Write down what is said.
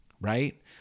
right